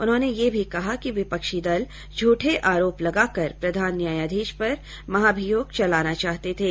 उन्होंने यह भी कहा कि विपक्षी दल झूठे आरोप लगाकर प्रधान न्यायाधीश पर महाभियोग चलाना चाहते थे